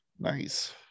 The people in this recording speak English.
nice